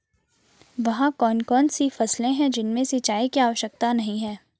वह कौन कौन सी फसलें हैं जिनमें सिंचाई की आवश्यकता नहीं है?